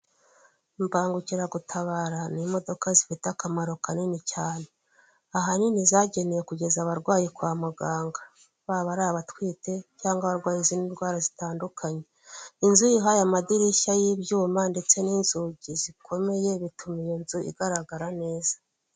Imbangukiragutabara ni imodoka zifite akamaro kanini cyane, aha nini zagenewe kugeza abarwayi kwa muganga, baba ari abatwite cyangwa abarwaye izindi ndwara zitandukanye, inzu iyo uyihaye amadirishya y'ibyuma ndetse n'inzugi zikomeye bituma iyo nzu igaragara neza.